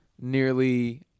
nearly